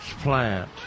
plant